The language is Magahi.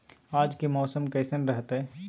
आज के मौसम कैसन रहताई?